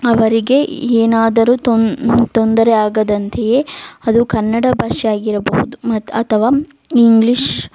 ಅವರಿಗೆ ಏನಾದರೂ ತೊಂದರೆ ಆಗದಂತೆಯೇ ಅದು ಕನ್ನಡ ಭಾಷೆ ಆಗಿರಬಹುದು ಮತ್ತು ಅಥವಾ ಇಂಗ್ಲಿಷ್